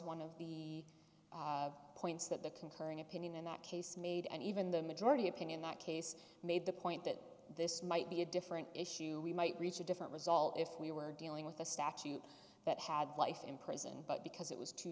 one of the points that the concurring opinion in that case made and even the majority opinion that case made the point that this might be a different issue we might reach a different result if we were dealing with a statute that had life in prison but because it was two